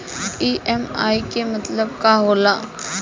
EMI के मतलब का होला?